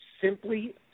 simply